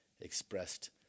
expressed